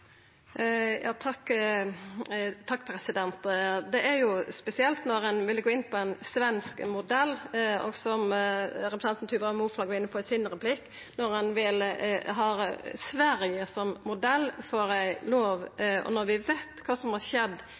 Det er spesielt at ein vil gå inn på ein svensk modell og – som representanten Tuva Moflag var inne på i replikken sin – at ein vil ha Sverige som modell for ei lov, når vi veit kva som har skjedd